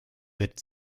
wird